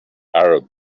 arab